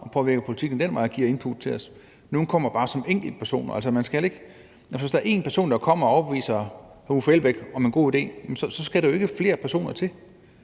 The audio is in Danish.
og påvirker politikken ad den vej og giver input til os. Nogle kommer bare som enkeltpersoner. Altså, hvis der er en person, der kommer og overbeviser hr. Uffe Elbæk om en god idé, skal der jo ikke flere personer til.